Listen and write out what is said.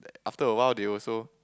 after a while they also